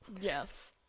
Yes